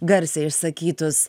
garsiai išsakytus